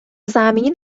زمین